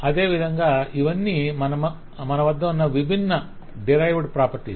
అదేవిధంగా ఇవన్నీ మన వద్ద ఉన్న విభిన్న డిరైవ్డ్ ప్రాపర్టీస్